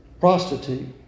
Prostitute